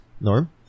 Norm